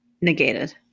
Negated